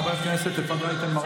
חבר הכנסת רון כץ,